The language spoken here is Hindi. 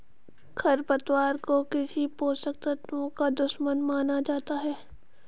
खरपतवार को कृषि पोषक तत्वों का दुश्मन माना जाता है